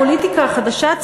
הפוליטיקה החדשה,